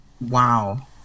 Wow